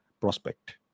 prospect